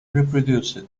reproduced